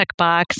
checkbox